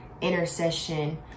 intercession